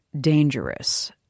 dangerous